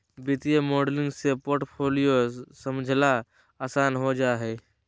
वित्तीय मॉडलिंग से पोर्टफोलियो समझला आसान हो जा हय